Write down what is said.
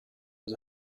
was